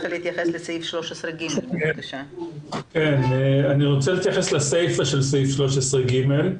אני רוצה להתייחס לסיפה של תקנת משנה 13(ג).